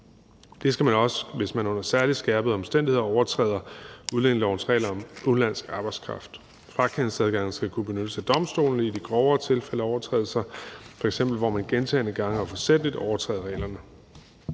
det skal man også, hvis man under særligt skærpende omstændigheder overtræder udlændingelovens regler om udenlandsk arbejdskraft. Frakendelsesadgangen skal kunne benyttes af domstolene i de grovere tilfælde af overtrædelser, f.eks. hvor man gentagne gange og forsætligt overtræder reglerne.